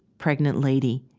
pregnant lady,